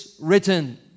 written